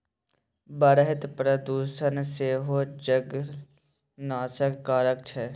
बढ़ैत प्रदुषण सेहो जंगलक नाशक कारण छै